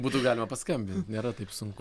būtų galima paskambint nėra taip sunku